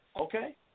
okay